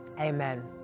Amen